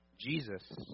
Jesus